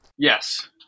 Yes